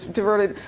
diverted.